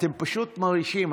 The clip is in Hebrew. אתן פשוט מרעישות.